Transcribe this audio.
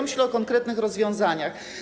Myślę o konkretnych rozwiązaniach.